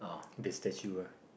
that's that's you ah